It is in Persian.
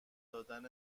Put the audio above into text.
دادن